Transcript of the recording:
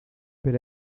per